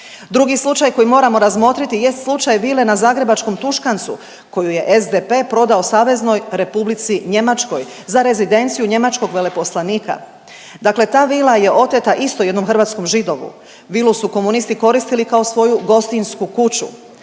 Drugi slučaj koji moramo razmotriti jest slučaj vile na zagrebačkom Tuškancu koju je SDP prodao Saveznoj Republici Njemačkoj za rezidenciju njemačkog veleposlanika. Dakle, ta vila je oteta isto jednom hrvatskom Židovu. Vilu su komunisti koristili kao svoju gostinjsku kuću.